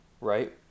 Right